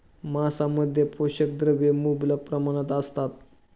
मांसामध्ये पोषक द्रव्ये मुबलक प्रमाणात असतात